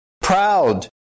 Proud